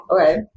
Okay